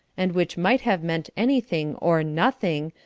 and which might have meant anything or nothing,